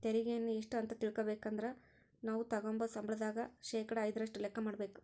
ತೆರಿಗೆಯನ್ನ ಎಷ್ಟು ಅಂತ ತಿಳಿಬೇಕಂದ್ರ ನಾವು ತಗಂಬೋ ಸಂಬಳದಾಗ ಶೇಕಡಾ ಐದರಷ್ಟು ಲೆಕ್ಕ ಮಾಡಕಬೇಕು